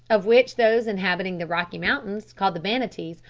of which those inhabiting the rocky mountains, called the banattees,